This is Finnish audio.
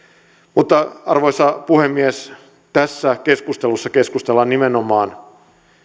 mutta arvoisa puhemies tässä keskustelussa keskustellaan nimenomaan